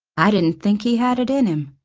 i didn't think he had it in him.